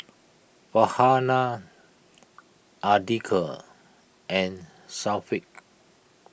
Farhanah andika and Syafiq